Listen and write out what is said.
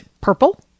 purple